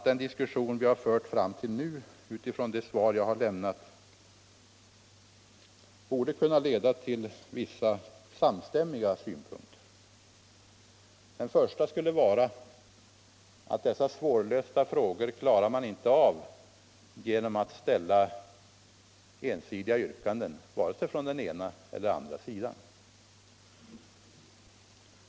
Den diskussion som vi fram till nu har fört utifrån det svar som jag har lämnat borde kunna leda till vissa samstämmiga synpunkter. Den första skulle vara att dessa svårlösta frågor klarar man inte av genom att ställa ensidiga yrkanden, från vare sig den ena eller den andra sidan.